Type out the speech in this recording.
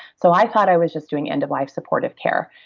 so i thought i was just doing end of life supportive care